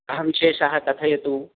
कः विशेषः कथयतु